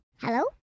Hello